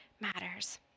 matters